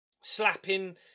slapping